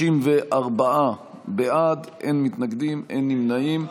54 בעד, אין מתנגדים, אין נמנעים.